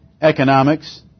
Economics